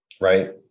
Right